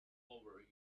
over